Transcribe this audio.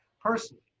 personally